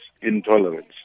intolerance